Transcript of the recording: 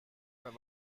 were